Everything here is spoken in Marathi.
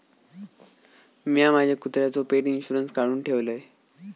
मिया माझ्या कुत्र्याचो पेट इंशुरन्स काढुन ठेवलय